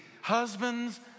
husbands